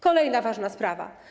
Kolejna ważna sprawa.